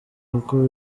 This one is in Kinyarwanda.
kuko